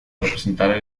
representar